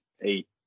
eight